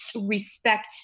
respect